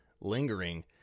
lingering